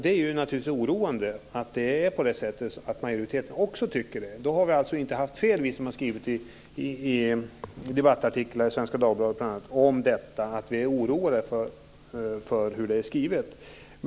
Det är naturligtvis oroande att också majoriteten tycker det. Då har vi alltså inte haft fel som har skrivit i debattartiklar i bl.a. Svenska Dagbladet att vi är oroade för hur det är skrivet.